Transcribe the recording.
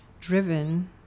driven